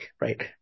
right